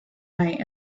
night